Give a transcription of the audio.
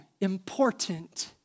important